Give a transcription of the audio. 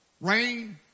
Rain